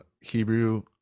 hebrew